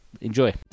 enjoy